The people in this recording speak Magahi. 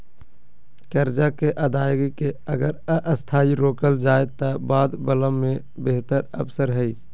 कर्जा के अदायगी के अगर अस्थायी रोकल जाए त बाद वला में बेहतर अवसर हइ